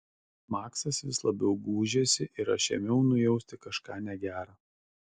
maksas vis labiau gūžėsi ir aš ėmiau nujausti kažką negera